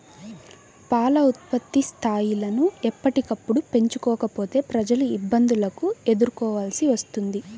పాల ఉత్పత్తి స్థాయిలను ఎప్పటికప్పుడు పెంచుకోకపోతే ప్రజలు ఇబ్బందులను ఎదుర్కోవలసి వస్తుంది